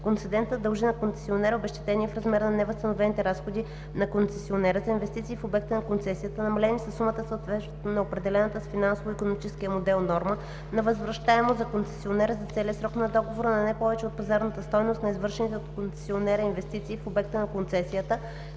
концедентът дължи на концесионера обезщетение в размер на невъзстановените разходи на концесионера за инвестиции в обекта на концесията, намалени със сумата, съответстваща на определената с финансово-икономическия модел норма на възвръщаемост за концесионера за целия срок на договора, но не повече от пазарната стойност на извършените от концесионера инвестиции в обекта на концесията